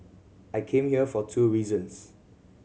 I came here for two reasons